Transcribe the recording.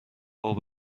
اوه